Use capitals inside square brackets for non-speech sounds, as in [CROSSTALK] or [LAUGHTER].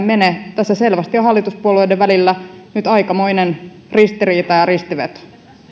[UNINTELLIGIBLE] mene eteenpäin tässä selvästi on hallituspuolueiden välillä nyt aikamoinen ristiriita ja ristiveto